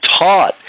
taught